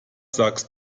sagst